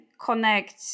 connect